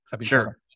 Sure